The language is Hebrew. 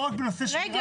לא רק בנושא שמירה,